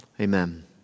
Amen